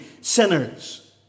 sinners